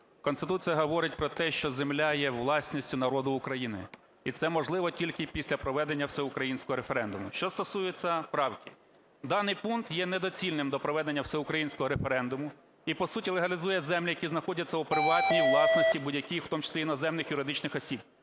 Конституція говорить про те, що земля є власністю народу України, і це можливо тільки після проведення всеукраїнського референдуму. Що стосується правки. Даний пункт є недоцільним до проведення всеукраїнського референдуму і по суті легалізує землі, які знаходяться у приватній власності будь-якій, в тому числі іноземних юридичних осіб,